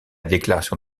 déclaration